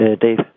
Dave